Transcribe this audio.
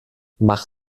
mach